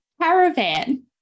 caravan